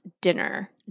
dinner